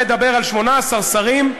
המדבר על 18 שרים,